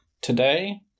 today